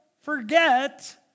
forget